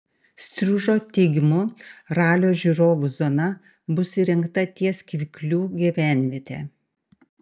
striužo teigimu ralio žiūrovų zona bus įrengta ties kvyklių gyvenviete